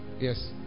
yes